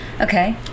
Okay